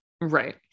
Right